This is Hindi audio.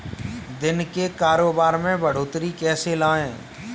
दिन के कारोबार में बढ़ोतरी कैसे लाएं?